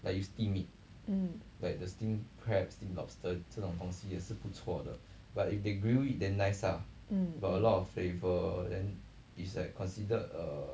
mm mm